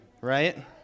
right